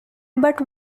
but